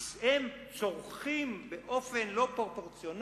כי הם צורכים מזון באופן לא פרופורציונלי,